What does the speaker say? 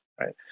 Right